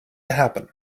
happen